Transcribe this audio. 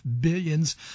billions